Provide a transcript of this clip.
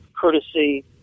courtesy